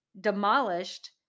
demolished